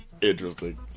Interesting